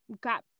got